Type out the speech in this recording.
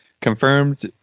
confirmed